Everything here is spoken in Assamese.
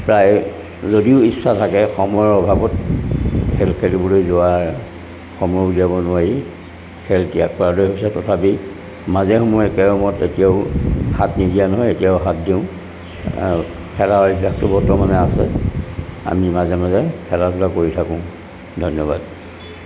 প্ৰায় যদিও ইচ্ছা থাকে সময়ৰ অভাৱত খেল খেলিবলৈ যোৱাৰ সময় উলিয়াব নোৱাৰি খেল ত্যাগ কৰা দৰে হৈছে তথাপি মাজে সময় কেৰমত এতিয়াও হাত নিদিয়া নহয় এতিয়াও হাত দিওঁ খেলা অভ্যাসটো বৰ্তমানে আছে আমি মাজে মাজে খেলা ধূলা কৰি থাকোঁ ধন্যবাদ